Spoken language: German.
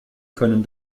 können